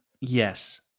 Yes